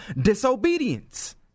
disobedience